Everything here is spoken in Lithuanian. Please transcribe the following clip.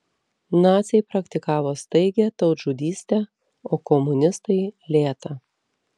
naciai praktikavo staigią tautžudystę o komunistai lėtą